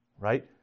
Right